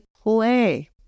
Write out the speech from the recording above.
play